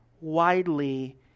widely